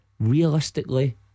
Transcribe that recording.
Realistically